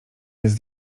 jest